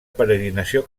peregrinació